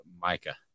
Micah